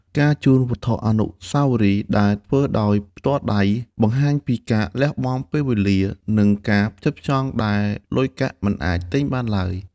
ការជូនវត្ថុអនុស្សាវរីយ៍ដែលធ្វើដោយផ្ទាល់ដៃ បង្ហាញពីការលះបង់ពេលវេលា និងការផ្ចិតផ្ចង់ដែលលុយកាក់មិនអាចទិញបានឡើយ។